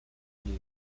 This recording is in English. new